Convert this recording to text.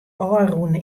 ôfrûne